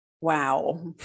Wow